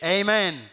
Amen